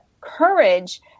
courage